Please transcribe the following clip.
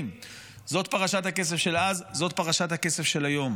זה הרוב המוחלט של הכסף של חמאס, השנתי.